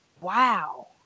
Wow